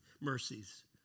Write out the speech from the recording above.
mercies